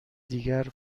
دیگر